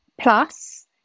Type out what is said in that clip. Plus